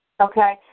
Okay